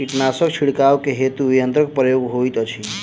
कीटनासक छिड़काव हेतु केँ यंत्रक प्रयोग होइत अछि?